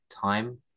time